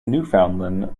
newfoundland